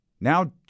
now